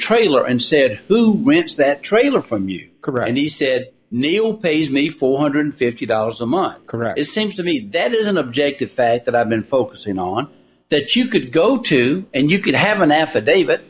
trailer and said who rich that trailer from your career and he said neal pays me four hundred fifty dollars a month correct it seems to me that is an objective fact that i've been focusing on that you could go to and you could have an affidavi